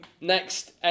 next